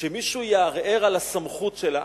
שמישהו יערער על הסמכות שלה,